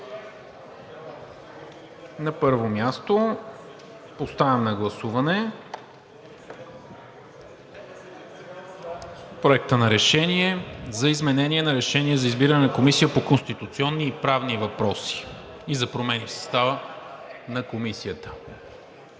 На първо място поставям на гласуване Проекта на решение за изменение на Решение за избиране на Комисия по конституционни и правни въпроси и за промени в състава на Комисията.